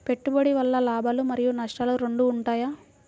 పెట్టుబడి వల్ల లాభాలు మరియు నష్టాలు రెండు ఉంటాయా?